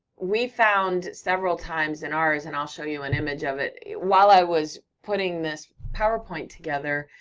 we found several times in ours, and i'll show you an image of it, while i was putting this powerpoint together,